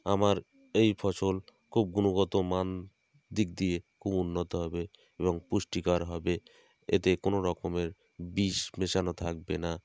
আমার এই ফসল খুব গুণগত মান দিক দিয়ে খুব উন্নত হবে এবং পুষ্টিকর হবে এতে কোনো রকমের বিষ মেশানো থাকবে না